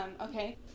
Okay